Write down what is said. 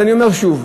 אז אני אומר שוב: